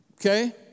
okay